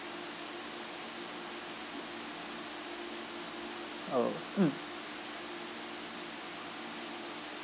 orh mm